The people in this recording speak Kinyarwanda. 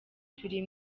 turi